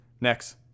next